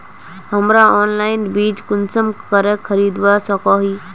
हमरा ऑनलाइन बीज कुंसम करे खरीदवा सको ही?